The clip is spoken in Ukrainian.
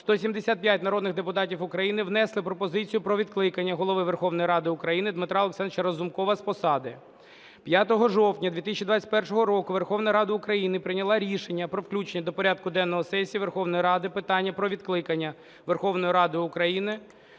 175 народних депутатів України внесли пропозицію про відкликання Голови Верховної Ради України Дмитра Олександровича Разумкова з посади. 5 жовтня 2021 року Верховна Рада України прийняла рішення про включення до порядку денного сесії Верховної Ради питання про відкликання Верховною Радою України